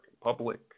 public